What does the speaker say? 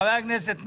חבר הכנסת מקלב,